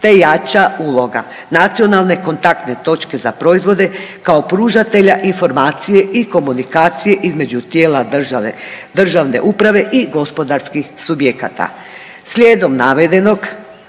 te jača uloga nacionalne kontaktne točke za proizvode kao pružatelja informacije i komunikacije između tijela države, državne uprave i gospodarskih subjekata. Slijedom navedenog